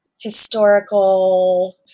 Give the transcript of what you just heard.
historical